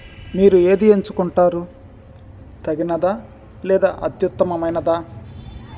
మీరు ఏది ఎంచుకుంటారు తగినదా లేదా అత్యుత్తమమైనదా